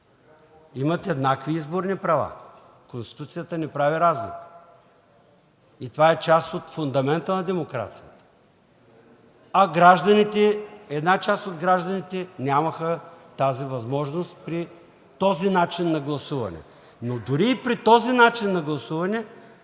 имат еднакви изборни права. Конституцията не прави разлика и това е част от фундамента на демокрацията, а една част от гражданите нямаха такава възможност при този начин на гласуване. Но дори при този начин на гласуване